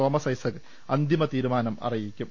Thomas Isaac അന്തിമതീരുമാനം അറിയിക്കും